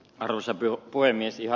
arvoisa puhemies